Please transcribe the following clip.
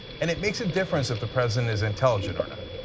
and it makes a difference if the president is intelligent or not,